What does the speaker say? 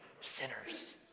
sinners